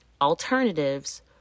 alternatives